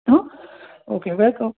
હ okay welcome